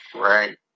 Right